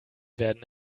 werden